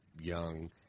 young –